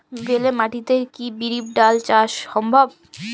বেলে মাটিতে কি বিরির ডাল চাষ সম্ভব?